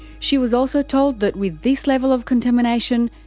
she was also told that with this level of contamination,